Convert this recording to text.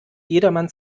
jedermanns